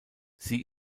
sie